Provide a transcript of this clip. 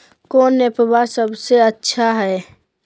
कौन एप्पबा सबसे अच्छा हय?